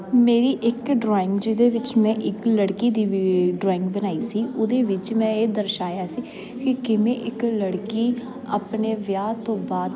ਮੇਰੀ ਇੱਕ ਡਰਾਇੰਗ ਜਿਹਦੇ ਵਿੱਚ ਮੈਂ ਇੱਕ ਲੜਕੀ ਦੀ ਵੀ ਡਰਾਇੰਗ ਬਣਾਈ ਸੀ ਉਹਦੇ ਵਿੱਚ ਮੈਂ ਇਹ ਦਰਸਾਇਆ ਸੀ ਕਿ ਕਿਵੇਂ ਇੱਕ ਲੜਕੀ ਆਪਣੇ ਵਿਆਹ ਤੋਂ ਬਾਅਦ